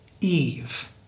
Eve